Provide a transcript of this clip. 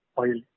oil